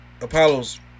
Apollo's